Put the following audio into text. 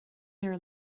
their